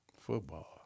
Football